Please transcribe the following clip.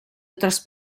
otras